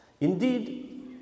Indeed